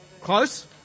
Close